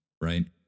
Right